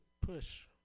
push